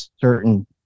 certain